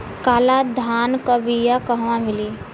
काला धान क बिया कहवा मिली?